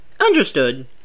Understood